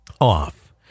off